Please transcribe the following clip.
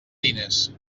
diners